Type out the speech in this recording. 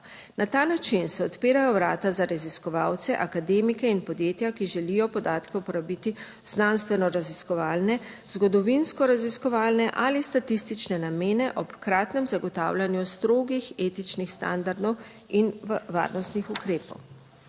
Na ta način se odpirajo vrata za raziskovalce, akademike in podjetja, ki želijo podatke uporabiti v znanstveno raziskovalne, zgodovinsko raziskovalne ali statistične namene, ob hkratnem zagotavljanju strogih etičnih standardov in varnostnih ukrepov.